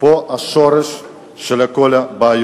פה השורש של כל הבעיות.